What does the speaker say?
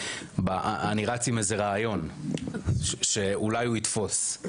אני רץ עם איזה רעיון שאולי הוא יתפוס,